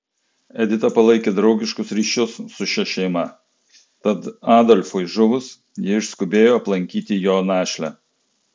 edita palaikė draugiškus ryšius su šia šeima tad adolfui žuvus ji išskubėjo aplankyti jo našlę